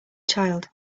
child